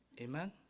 Amen